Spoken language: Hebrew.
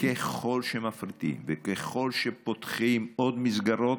היא שככל שמפריטים וככל שפותחים עוד מסגרות,